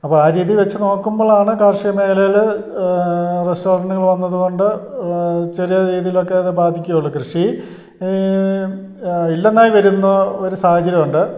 അപ്പോൾ ആ രീതിയിൽ വെച്ചു നോക്കുമ്പോഴാണ് കാർഷിക മേഖലയിൽ റെസ്റ്റോറൻ്റുകൾ വന്നതുകൊണ്ട് ചെറിയ രീതിയിലൊക്കെ അത് ബാധിക്കുകയുള്ളു കൃഷി ഇല്ലയെന്നായി വരുന്ന ഒരു സാഹചര്യമുണ്ട്